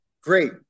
Great